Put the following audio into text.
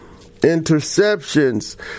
interceptions